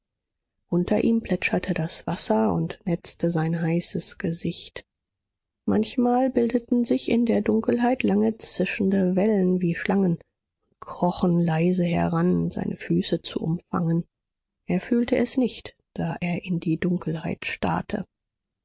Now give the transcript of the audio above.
unter ihm plätscherte das wasser und netzte sein heißes gesicht manchmal bildeten sich in der dunkelheit lange zischende wellen wie schlangen und krochen leise heran seine füße zu umfangen er fühlte es nicht da er in die dunkelheit starrte